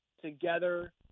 together